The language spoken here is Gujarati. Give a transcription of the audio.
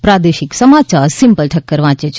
પ્રાદેશિક સમાચાર સિમ્પલ ઠક્કર વાંચે છે